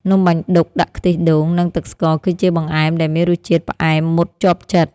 នំបាញ់ឌុកដាក់ខ្ទិះដូង និងទឹកស្ករ គឺជាបង្អែមដែលមានរសជាតិផ្អែមមុតជាប់ចិត្ត។